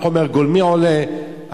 חומרי הגלם עולים,